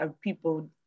people